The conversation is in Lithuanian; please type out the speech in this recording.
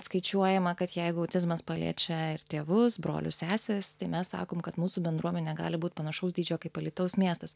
skaičiuojama kad jeigu autizmas paliečia ir tėvus brolius seseris tai mes sakom kad mūsų bendruomenė gali būt panašaus dydžio kaip alytaus miestas